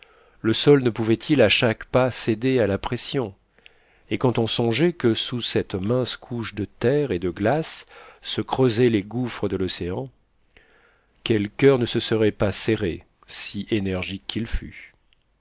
le sol ne pouvait-il à chaque pas céder à la pression et quand on songeait que sous cette mince couche de terre et de glace se creusaient les gouffres de l'océan quel coeur ne se serait pas serré si énergique qu'il fût